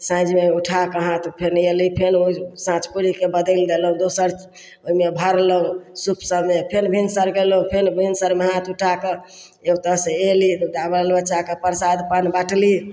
साँझमे उठाके हाथ फेर अएलै फेर ओ साँच पूड़ीके बदलि देलहुँ दोसर ओहिमे भरलहुँ सूपसबमे फेर भिनसर गेलहुँ तऽ फेर भिनसरमे हाथ उठाकऽ ओतऽसे अएली तऽ बालबच्चाके परसाद पान बाँटली